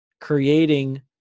creating